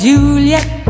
Juliet